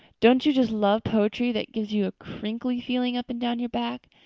don't you just love poetry that gives you a crinkly feeling up and down your back?